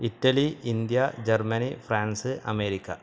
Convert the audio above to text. Italy India Germany France America